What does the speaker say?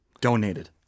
Donated